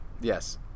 Yes